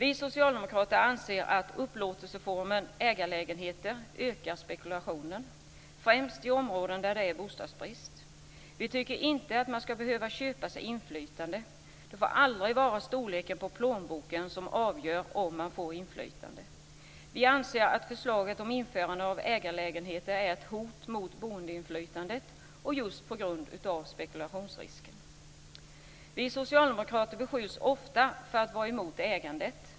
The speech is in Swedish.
Vi socialdemokrater anser att upplåtelseformen ägarlägenheter ökar spekulationen främst i områden där det är bostadsbrist. Vi tycker inte att man ska behöva köpa sig inflytande. Det får aldrig vara storleken på plånboken som avgör om man får inflytande. Vi anser att förslaget om införande av ägarlägenheter är ett hot mot boendeinflytandet just på grund av spekulationsrisken. Vi socialdemokrater beskylls ofta för att vara emot ägande.